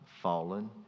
fallen